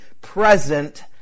present